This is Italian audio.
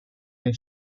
nei